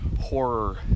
horror